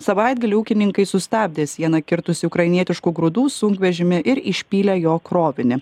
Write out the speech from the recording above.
savaitgalį ūkininkai sustabdė sieną kirtusių ukrainietiškų grūdų sunkvežimį ir išpylė jo krovinį